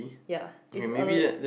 ya is a